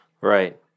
Right